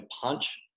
punch